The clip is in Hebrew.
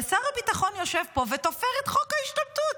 ושר הביטחון יושב פה ותופר את חוק ההשתמטות.